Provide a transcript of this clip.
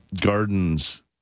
gardens